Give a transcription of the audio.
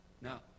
Now